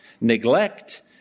neglect